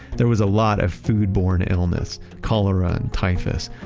there was a lot of foodborne illness, cholera and typhus.